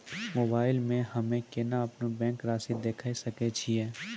Mobile मे हम्मय केना अपनो बैंक रासि देखय सकय छियै?